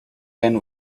ten